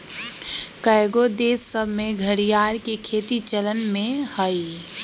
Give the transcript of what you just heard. कएगो देश सभ में घरिआर के खेती चलन में हइ